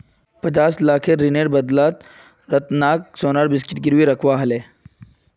पचास लाखेर ऋनेर बदला रतनक सोनार बिस्कुट गिरवी रखवा ह ले